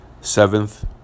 Seventh